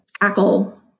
tackle